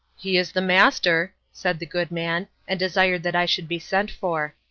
he is the master, said the good man, and desired that i should be sent for.